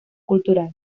cultural